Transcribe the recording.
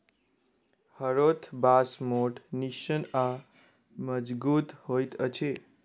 हरोथ बाँस मोट, निस्सन आ मजगुत होइत अछि